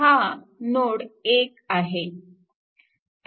हा नोड 1 आहे